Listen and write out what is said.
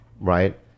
right